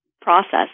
process